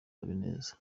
habineza